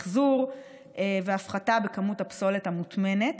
מחזור והפחתה בכמות הפסולת המוטמנת.